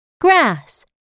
grass